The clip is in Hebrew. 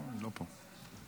לא פה.